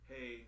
Hey